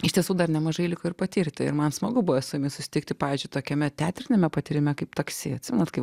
iš tiesų dar nemažai liko ir patirti ir man smagu basomis susitikti pavyzdžiui tokiame teatriniame patyrime kaip taksi atsimenate kai